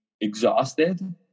exhausted